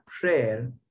prayer